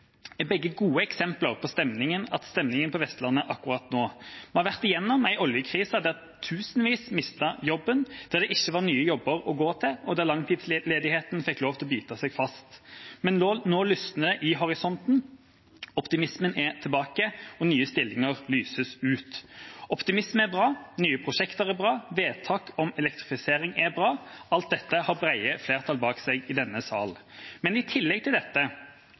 stemningen på Vestlandet akkurat nå. Vi har vært igjennom en oljekrise der tusenvis mistet jobben, der det ikke var nye jobber å gå til, og der langtidsledigheten fikk lov til å bite seg fast. Men nå lysner det i horisonten, optimismen er tilbake, og nye stillinger lyses ut. Optimisme er bra, nye prosjekter er bra, vedtak om elektrifisering er bra – alt dette har brede flertall bak seg i denne salen. I tillegg til dette